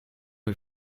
est